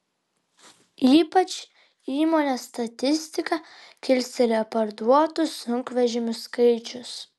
ypač įmonės statistiką kilstelėjo parduotų sunkvežimių skaičius